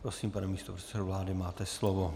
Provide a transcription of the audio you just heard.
Prosím, pane místopředsedo vlády, máte slovo.